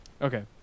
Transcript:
okay